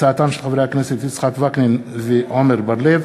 הצעותיהם של חברי הכנסת יצחק וקנין ועמר בר-לב.